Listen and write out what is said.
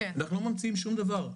אנחנו לא ממציאים שום דבר.